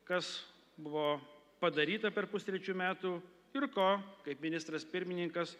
kas buvo padaryta per pustrečių metų ir ko kaip ministras pirmininkas